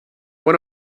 one